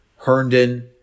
Herndon